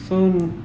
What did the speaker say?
so